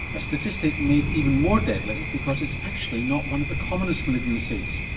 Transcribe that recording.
a statistic made even more deadly because it's actually not one of the commonest malignancies.